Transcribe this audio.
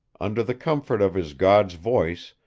under the comfort of his god's voice,